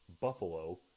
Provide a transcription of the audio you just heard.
Buffalo